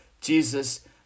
Jesus